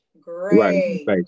Great